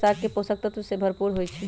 सरसों के साग पोषक तत्वों से भरपूर होई छई